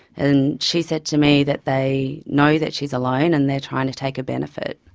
and she said to me that they know that she's alone and they are trying to take a benefit.